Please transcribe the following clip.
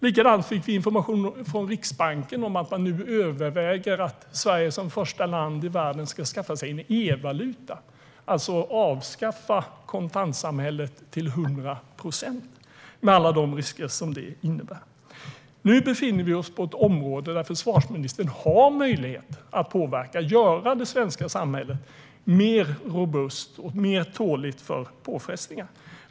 Likadant fick vi information från Riksbanken om att man nu överväger att Sverige som första land i världen ska skaffa en e-valuta, det vill säga att avskaffa kontantsamhället till 100 procent, med alla de risker som det innebär. Nu befinner vi oss på ett område där försvarsministern har möjlighet att påverka och göra det svenska samhället mer robust och tåligt för påfrestningar.